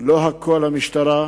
שלא הכול משטרה,